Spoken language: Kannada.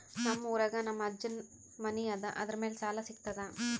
ನಮ್ ಊರಾಗ ನಮ್ ಅಜ್ಜನ್ ಮನಿ ಅದ, ಅದರ ಮ್ಯಾಲ ಸಾಲಾ ಸಿಗ್ತದ?